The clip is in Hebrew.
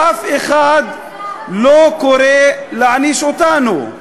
ואף אחד לא קורא להעניש אותנו.